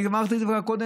אני אמרתי את זה כבר קודם.